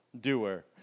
doer